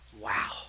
Wow